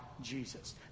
Jesus